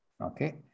okay